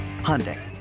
Hyundai